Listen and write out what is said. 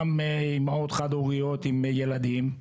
גם אימהות חד הוריות עם ילדים,